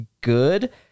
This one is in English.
good